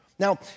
Now